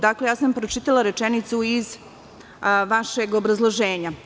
Dakle, pročitala sam rečenicu iz vašeg obrazloženja.